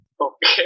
okay